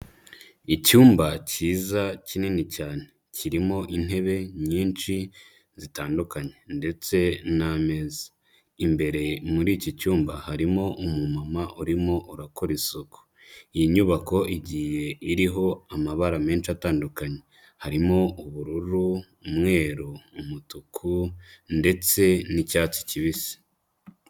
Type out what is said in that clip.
Icyumba cyiza, kinini cyane. Kirimo intebe nyinshi, zitandukanye. Ndetse n'ameza. Imbere muri iki cyumba harimo umumama urimo urakora isuku. Iyi nyubako igiye iriho amabara menshi atandukanye. Harimo ubururu, umweru, umutuku, ndetse n'icyatsi kibisi.